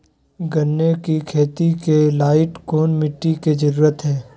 गन्ने की खेती के लाइट कौन मिट्टी की जरूरत है?